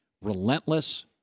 relentless